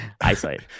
eyesight